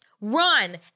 run